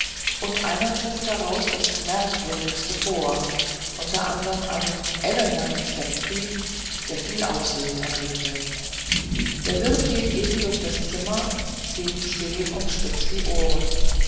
und einer trug daraus das merkwürdigste vor unter anderm einen ellenlangen steckbrief der viel aufsehen erregte der wirt geht eben durch das zimmer steht still und spitzt die ohren